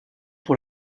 pour